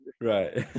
Right